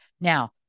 Now